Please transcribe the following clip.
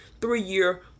three-year